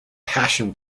passion